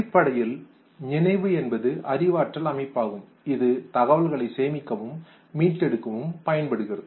அடிப்படையில் நினைவு என்பது அறிவாற்றல் அமைப்பாகும் இது தகவல்களை சேமிக்கவும் மீட்டெடுக்கவும் பயன்படுகிறது